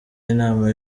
y’inama